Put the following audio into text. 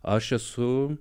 aš esu